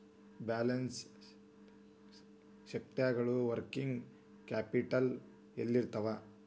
Balance ಶೇಟ್ನ್ಯಾಗ working capital ಯೆಲ್ಲಿರ್ತದ?